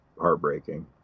heartbreaking